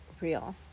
real